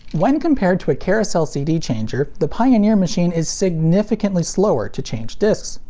when compared to a carousel cd changer, the pioneer machine is significantly slower to change discs.